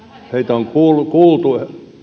on kuultu